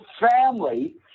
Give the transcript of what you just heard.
family